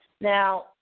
Now